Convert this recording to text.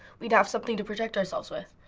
we'd have something to protect ourselves with,